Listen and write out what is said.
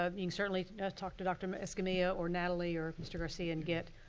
ah i mean certainly talk to dr. escamilla or natalie or mr, garcia and get